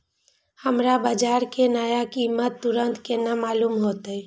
हमरा बाजार के नया कीमत तुरंत केना मालूम होते?